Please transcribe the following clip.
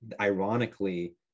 ironically